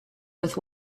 with